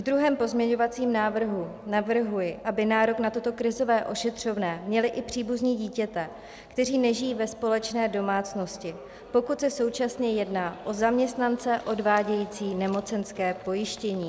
V druhém pozměňovacím návrhu navrhuji, aby nárok na toto krizové ošetřovné měli i příbuzní dítěte, kteří nežijí ve společné domácnosti, pokud se současně jedná o zaměstnance odvádějící nemocenské pojištění.